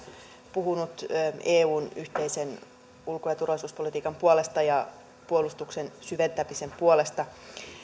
puhunut eun yhteisen ulko ja turvallisuuspolitiikan puolesta ja puolustuksen syventämisen puolesta